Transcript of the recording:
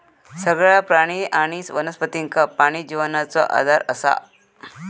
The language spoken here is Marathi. सगळ्या प्राणी आणि वनस्पतींका पाणी जिवनाचो आधार असा